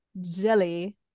jelly